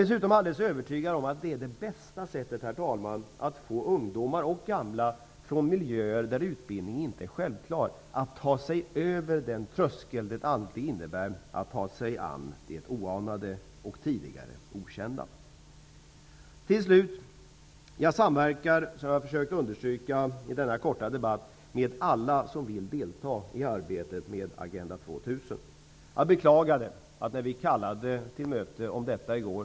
Dessutom är jag alldeles övertygad om att det är det bästa sättet, herr talman, att få ungdomar och gamla från miljöer där utbildning inte är något självklart, att ta sig över den tröskel som det alltid innebär att ta sig an det oanade och tidigare okända. Slutligen samverkar jag, som jag i denna korta debatt har försökt att understryka, med alla som vill delta i arbetet med Agenda 2 000. Vi hade kallat till ett möte som ägde rum i går.